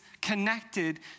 connected